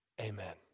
Amen